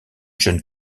jeune